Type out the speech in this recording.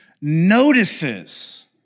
notices